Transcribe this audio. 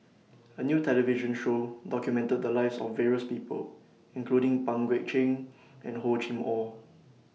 A New television Show documented The Lives of various People including Pang Guek Cheng and Hor Chim Or